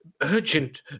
urgent